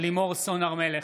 לימור סון הר מלך,